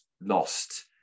lost